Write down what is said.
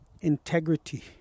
integrity